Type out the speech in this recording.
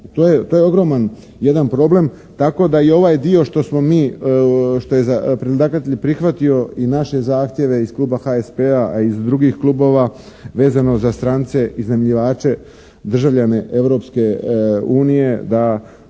To je ogroman jedan problem, tako da i ovaj dio što smo mi, što je predlagatelj prihvatio i naše zahtjeve iz kluba HSP-a, a i iz drugih klubova, vezano za strance iznajmljivače, državljane Europske unije, da